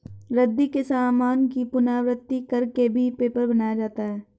रद्दी के सामान की पुनरावृति कर के भी पेपर बनाया जाता है